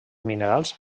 minerals